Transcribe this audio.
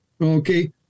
okay